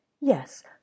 Yes